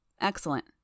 Excellent